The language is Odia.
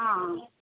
ହଁ